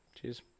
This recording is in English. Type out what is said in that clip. Cheers